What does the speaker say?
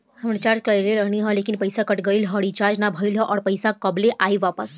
हम रीचार्ज कईले रहनी ह लेकिन पईसा कट गएल ह रीचार्ज ना भइल ह और पईसा कब ले आईवापस?